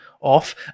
off